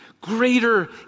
Greater